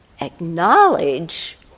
acknowledge